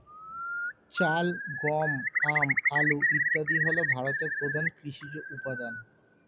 চাল, গম, আম, আলু ইত্যাদি হল ভারতের প্রধান কৃষিজ উপাদান